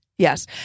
Yes